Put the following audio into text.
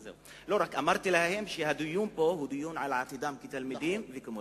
אמרתי להם שהדיון פה הוא דיון על עתידם כתלמידים וכמורים.